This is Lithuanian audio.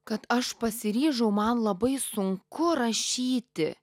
kad aš pasiryžau man labai sunku rašyti